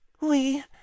We